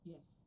Yes